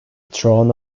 throne